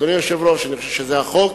אדוני היושב-ראש, אני חושב שזה החוק